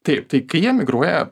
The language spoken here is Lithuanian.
taip tai kai jie migruoja